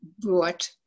brought